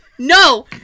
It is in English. No